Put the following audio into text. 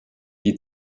die